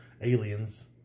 aliens